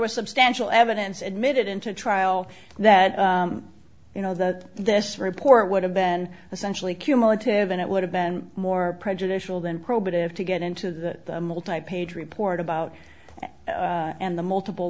was substantial evidence admitted into trial that you know that this report would have been essentially cumulative and it would have been more prejudicial than probative to get into the multi page report about and the multiple